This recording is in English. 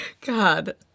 God